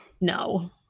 no